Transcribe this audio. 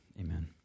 Amen